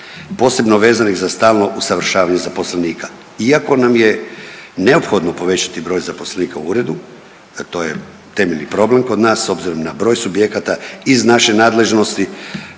posebno vezanih za stalno usavršavanje zaposlenika iako nam je neophodno povećati broj zaposlenika u uredu jer to je temeljni problem kod nas s obzirom na broj subjekata iz naše nadležnosti